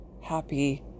happy